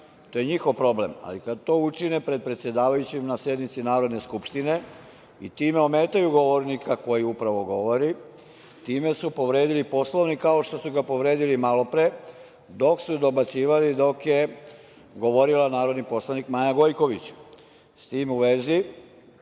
to je njihov problem. Ali, kad to učine pred predsedavajućim na sednici Narodne skupštine i time ometaju govornika koji upravo govori, time su povredili Poslovnik, kao što su ga povredili malo pre, dok su dobacivali, dok je govorila narodni poslanik Maja Gojković.S tim u vezi,